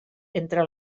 entre